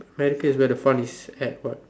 where do you think the fun is airport